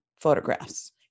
photographs